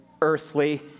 earthly